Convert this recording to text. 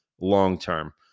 long-term